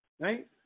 right